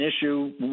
issue